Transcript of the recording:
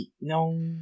no